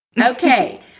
Okay